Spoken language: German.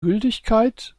gültigkeit